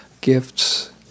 gifts